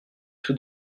tout